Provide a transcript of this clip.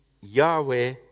Yahweh